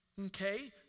okay